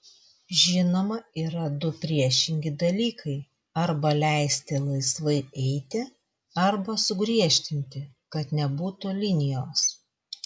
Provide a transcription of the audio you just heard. žinoma yra du priešingi dalykai arba leisti laisvai eiti arba sugriežtinti kad nebūtų linijos